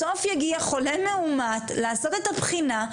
בסוף יגיע חולה מאומת לעשות את הבחינה,